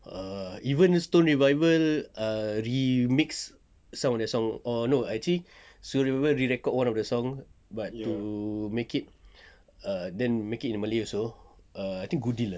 err even stoned revivals ah remix sound that song oh no actually stone revival re-record one of the songs but to make it err make it into malay also err I think goodil eh